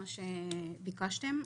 מה שביקשתם.